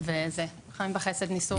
וחיים וחסד ניסו